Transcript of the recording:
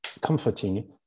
comforting